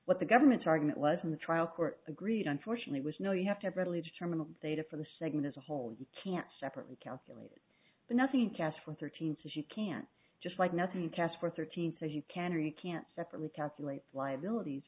what the government's argument was in the trial court agreed unfortunately was no you have to bradley terminal data for the segment as a whole you can't separately calculate nothing cast from thirteen so she can't just like nothing cast for thirteen so you can or you can't separately calculate liabilities